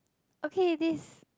okay it is